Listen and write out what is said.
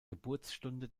geburtsstunde